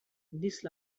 these